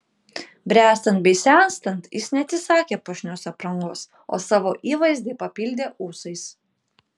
bręstant bei senstant jis neatsisakė puošnios aprangos o savo įvaizdį papildė ūsais